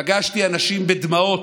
פגשתי אנשים בדמעות,